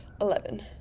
Eleven